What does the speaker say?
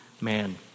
man